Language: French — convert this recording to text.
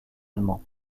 allemands